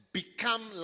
become